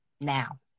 now